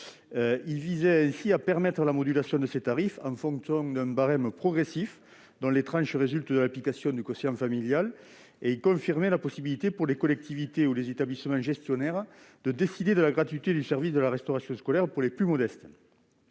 Il visait ainsi à permettre la modulation de ses tarifs, en fonction d'un barème progressif dont les tranches résultaient de l'application du quotient familial. Il confirmait la possibilité, pour les collectivités ou les établissements gestionnaires, de décider de la gratuité du service de la restauration scolaire pour les plus modestes.